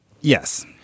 yes